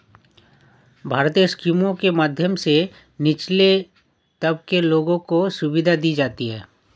भारतीय स्कीमों के माध्यम से निचले तबके के लोगों को सुविधा दी जाती है